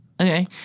Okay